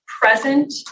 present